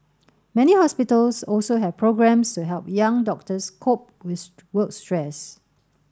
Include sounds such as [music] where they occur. many hospitals also have programmes to help young doctors cope with [unintelligible] work stress